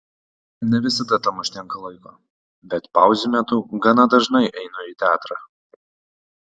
ne visada tam užtenka laiko bet pauzių metu gana dažnai einu į teatrą